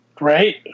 Right